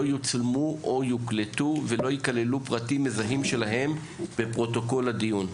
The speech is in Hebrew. יצולמו או יוקלטו ולא יכללו פרטים מזהים שלהם בפרוטוקול הדיון.